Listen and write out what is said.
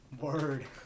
Word